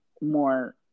more